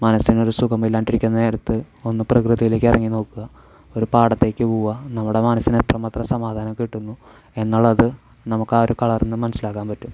മനസ്സിനൊരു സുഖമില്ലാണ്ടിരിക്കുന്ന നേരത്ത് ഒന്ന് പ്രകൃതിയിലേക്ക് ഇറങ്ങിനോക്കുക ഒരുപാടത്തേക്ക് പോവുക നമ്മുടെ മനസ്സിന് എത്രമാത്രം സമാധാനം കിട്ടുന്നു എന്നുള്ളത് നമുക്കാ ഒരു കളറിൽ നിന്ന് മനസ്സിലാക്കാൻ പറ്റും